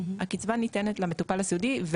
הקצבה ניתנת למטופל הסיעודי,